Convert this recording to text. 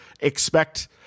expect –